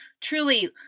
truly